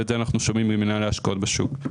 את זה אנחנו שומעים ממנהלי ההשקעות בשוק.